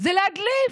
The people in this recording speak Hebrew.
זה להדליף,